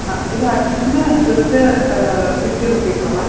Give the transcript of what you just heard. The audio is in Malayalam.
ആ ഇത് അഡ്മിഷൻ ജസ്റ്റ് ഫിഫ്റ്റി റുപ്പീസ് ഉള്ളത്